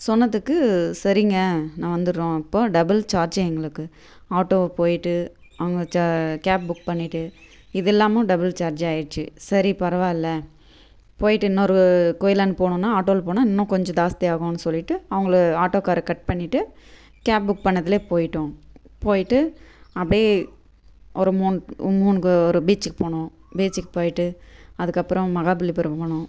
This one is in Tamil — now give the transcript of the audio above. சொன்னதுக்கு சரிங்க நான் வந்துவிட்றோம் இப்போ டபுள் சார்ஜ் எங்களுக்கு ஆட்டோவுக்கு போய்விட்டு அவங்க ச கேப் புக் பண்ணிவிட்டு இது எல்லாமும் டபுள் சார்ஜ் ஆகிடுச்சு சரி பரவாயில்லை போய்விட்டு இன்னொரு கோயிலாண்ட போனோன்னால் ஆட்டோவில் போனால் இன்னும் கொஞ்சம் ஜாஸ்தி ஆகும்னு சொல்லிவிட்டு அவங்களே ஆட்டோக்காரரை கட் பண்ணிவிட்டு கேப் புக் பண்ணதிலே போய்விட்டோம் போய்விட்டு அப்படியே ஒரு மூணு மூணுக்கு ஒரு பீச்சுக்கு போனோம் பீச்சுக்கு போய்விட்டு அதுக்கப்புறம் மஹாபலிபுரம் போனோம்